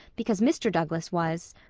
because mr. douglas was.